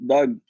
Doug